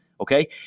Okay